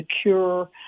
secure